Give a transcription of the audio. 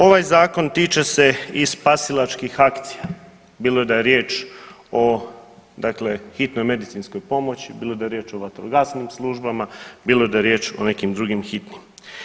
Ovaj Zakon tiče se i spasilačkih akcija, bilo da je riječ o dakle hitnoj medicinskoj pomoći, bilo da je riječ o vatrogasnim službama, bilo da je riječ o nekim drugim hitnim.